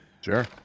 Sure